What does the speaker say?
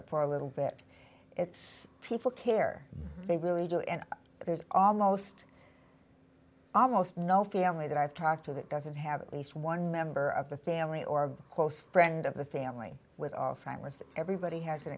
it for a little bit it's people care they really do and there's almost almost no family that i've talked to that doesn't have at least one member of the family or a close friend of the family with